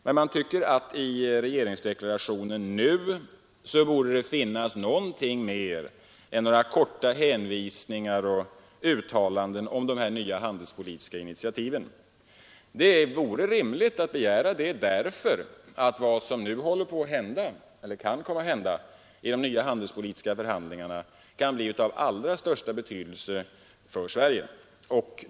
Men i regeringsdeklarationen nu borde det finnas något mer än några korta hänvisningar till uttalanden om dessa nya handelspolitiska initiativ. Det är rimligt att begära det, därför att vad som nu kan komma att hända i de handelspolitiska förhandlingarna kan bli av allra största betydelse för Sverige.